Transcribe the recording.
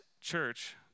church